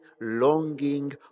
longing